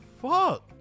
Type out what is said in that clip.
fuck